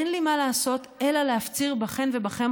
אין לי מה לעשות אלא להפציר בכן ובכם,